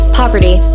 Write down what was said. poverty